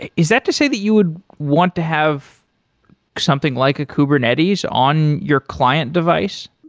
is that to say that you would want to have something like a kubernetes on your client device?